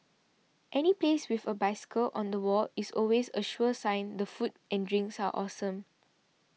any place with a bicycle on the wall is always a sure sign the food and drinks are awesome